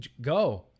go